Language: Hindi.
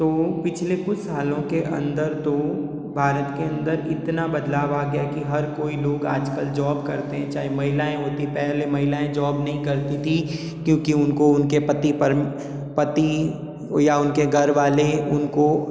तो पिछले कुछ सालों के अंदर तो भारत के अंदर इतना बदलाव आ गया है की हर कोई लोग आज कल जॉब करते हैं चाहें महिलाएं होती पहले महिलाएं जॉब नहीं करती थी क्योंकि उनको उनके पति पति या उनके घर वाले उनको